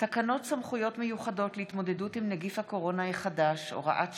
תקנות סמכויות מיוחדות להתמודדות עם נגיף הקורונה החדש (הוראת שעה)